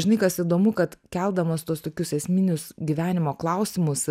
žinai kas įdomu kad keldamas tuos tokius esminius gyvenimo klausimus